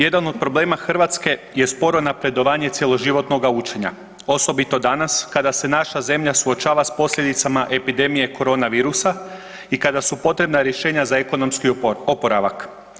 Jedan od problema Hrvatske je sporo napredovanje cjeloživotnoga učenja, osobito danas kada se naša zemlja suočava sa posljedicama epidemije Corona virusa i kada su potrebna rješenja za ekonomski oporavak.